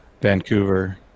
vancouver